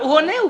הוא עונה.